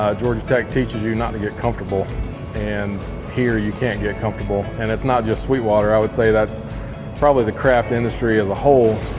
ah georgia tech teaches you not to get comfortable and here you can't get comfortable. and it's not just sweetwater, i would say that's probably the craft industry as a whole,